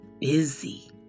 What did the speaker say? busy